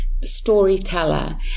storyteller